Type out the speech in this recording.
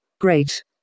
great